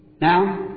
Now